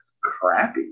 crappy